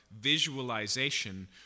visualization